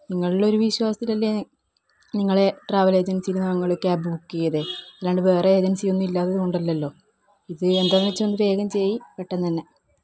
നിങ്ങളിലുള്ള ഒരു വിശ്വാസത്തിലല്ലേ നിങ്ങളെ ട്രാവലേജൻസിയിൽ നമ്മൾ ക്യാബ് ബുക്ക് ചെയ്തത് അല്ലാതെ വേറെ ഏജൻസിയൊന്നും ഇല്ലാത്ത കൊണ്ടല്ലല്ലോ ഇത് എന്താണെന്ന് വെച്ചാൽ ഒന്ന് വേഗം ചെയ്യ് പെട്ടന്നുതന്നെ